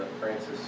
Francis